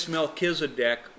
Melchizedek